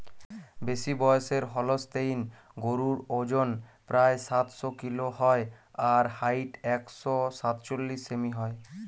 বেশিবয়সের Holstein গরুর অজন প্রায় সাতশ কিলো হয় আর হাইট একশ সাতচল্লিশ সেমি হয়